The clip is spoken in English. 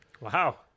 Wow